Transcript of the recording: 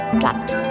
drops